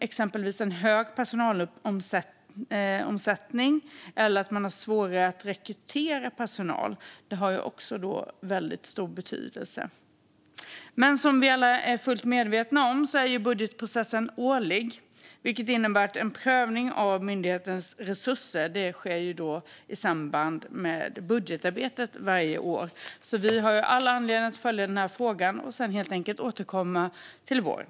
Exempelvis har hög personalomsättning eller att man har svårare att rekrytera personal också stor betydelse. Som vi alla är fullt medvetna om är budgetprocessen årlig, vilket innebär att en prövning av myndighetens resurser sker varje år i samband med budgetarbetet. Vi har alltså all anledning att följa frågan och återkomma till våren.